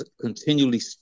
continually